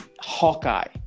Hawkeye